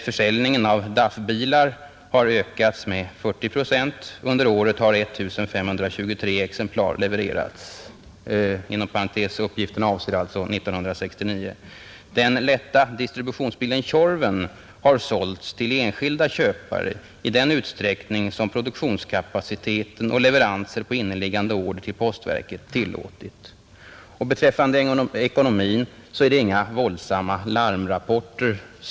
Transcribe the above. Försäljningen av DAF-bilar har ökat med 40 96. Under året har 1 523 exemplar levererats.” — Uppgifterna avser alltså 1969. ”Den lätta distributionsbilen Tjorven har sålts till enskilda köpare i den utsträckning som produktionskapaciteten och leveranser på inneliggande order till Postverket tillåtit.” 33 Beträffande ekonomin lämnas inga våldsamma larmrapporter.